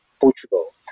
Portugal